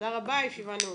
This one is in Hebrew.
תודה רבה, הישיבה נעולה.